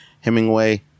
hemingway